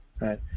Right